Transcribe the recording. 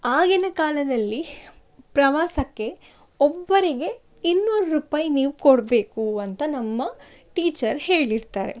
ಆಗಿನ ಕಾಲದಲ್ಲಿ ಪ್ರವಾಸಕ್ಕೆ ಒಬ್ಬರಿಗೆ ಇನ್ನೂರು ರೂಪಾಯಿ ನೀವು ಕೊಡಬೇಕು ಅಂತ ನಮ್ಮ ಟೀಚರ್ ಹೇಳಿರ್ತಾರೆ